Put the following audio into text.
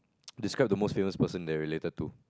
describe the most famous person you are related to